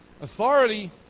Authority